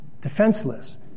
Defenseless